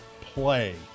play